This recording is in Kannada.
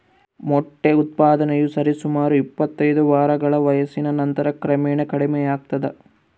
ಮೊಟ್ಟೆ ಉತ್ಪಾದನೆಯು ಸರಿಸುಮಾರು ಇಪ್ಪತ್ತೈದು ವಾರಗಳ ವಯಸ್ಸಿನ ನಂತರ ಕ್ರಮೇಣ ಕಡಿಮೆಯಾಗ್ತದ